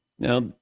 Now